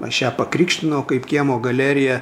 aš ją pakrikštinau kaip kiemo galerija